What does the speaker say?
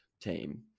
team